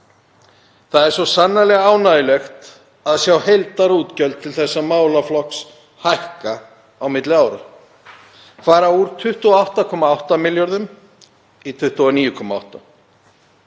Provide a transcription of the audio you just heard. Það er svo sannarlega ánægjulegt að sjá heildarútgjöld til þessa málaflokks hækka á milli ára, fara úr 28,8 milljörðum kr. í 29,8 milljarða.